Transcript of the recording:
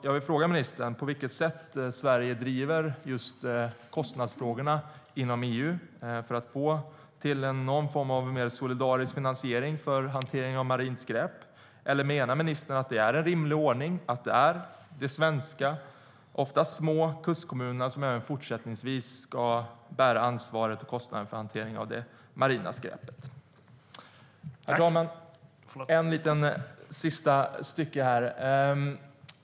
Jag vill fråga ministern: På vilket sätt driver Sverige kostnadsfrågorna inom EU för att få till en mer solidarisk finansiering för hanteringen av marint skräp? Eller menar ministern att det är en rimlig ordning att det är de svenska - ofta små - kustkommunerna som ska bära ansvaret för kostnaderna för det marina skräpet? Herr talman!